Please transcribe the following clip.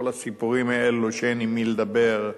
כל הסיפורים האלה שאין עם מי לדבר,